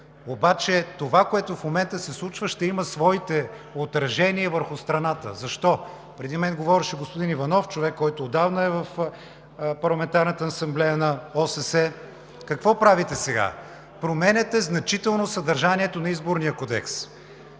обаче това, което в момента се случва, ще има своите отражения върху страната. Защо? Преди мен говореше господин Иванов – човек, който отдавна е в Парламентарната асамблея на ОСС. Какво правите сега? Променяте значително съдържанието на Изборния кодекс.